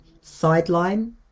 sideline